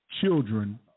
children